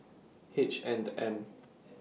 H and M